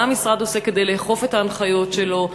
מה המשרד עושה כדי לאכוף את ההנחיות שלו?